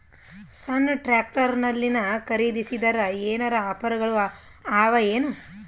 ಸಣ್ಣ ಟ್ರ್ಯಾಕ್ಟರ್ನಲ್ಲಿನ ಖರದಿಸಿದರ ಏನರ ಆಫರ್ ಗಳು ಅವಾಯೇನು?